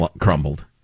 crumbled